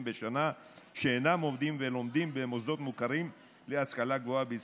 בשנה שאינם עובדים והם לומדים במוסדות מוכרים להשכלה גבוהה בישראל.